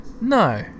no